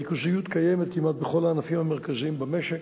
הריכוזיות קיימת כמעט בכל הענפים המרכזיים במשק.